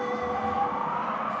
oh